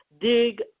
dig